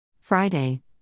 Friday